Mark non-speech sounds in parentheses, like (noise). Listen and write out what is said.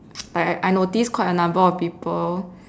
(noise) like I I noticed quite a number of people